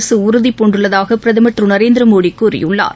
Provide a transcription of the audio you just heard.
அரசு உறுதிபூண்டுள்ளதாக பிரதமர் திரு நரேந்திரமோடி கூறியுள்ளார்